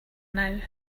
now